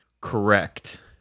correct